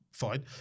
fine